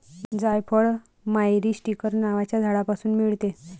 जायफळ मायरीस्टीकर नावाच्या झाडापासून मिळते